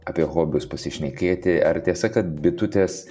apie hobius pasišnekėti ar tiesa kad bitutės